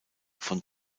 von